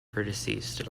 predeceased